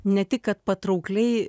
ne tik kad patraukliai